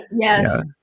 Yes